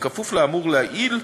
כפוף לאמור לעיל,